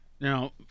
now